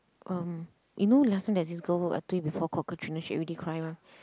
um you know last time there's this girl who I told you before already cry one